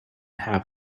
half